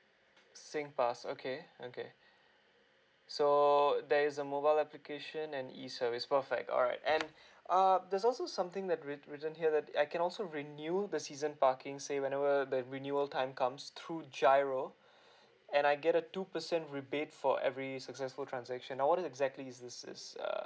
sing pass okay okay so there is a mobile application and e service perfect alright and err there's also something that wri~ written here that I can also renew the season parking say whenever the renewal time comes through giro and I get a two percent rebate for every successful transaction now what are the exactly this is uh